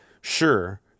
Sure